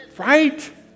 Right